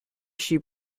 she